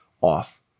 off